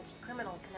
criminal